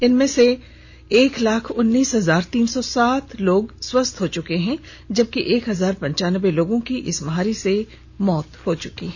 इनमें से एक लाख उन्नीस हजार तीन सौ सात लोग स्वस्थ हो चुके हैं जबकि एक हजार पंचान्बे लोगों की इस महामारी से मौत हो चुकी है